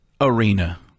arena